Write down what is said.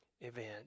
event